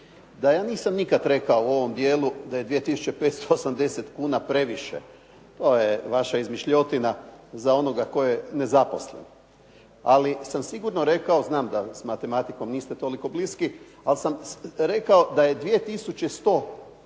da ja nisam nikada rekao u ovom dijelu da je 2580 kuna previše, to je vaša izmišljotina, za onoga tko je nezaposlen. Ali sam sigurno rekao, znam da s matematikom niste toliko bliski, ali sam rekao da je 2100 kuna